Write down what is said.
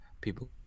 people